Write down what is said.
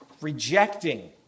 Rejecting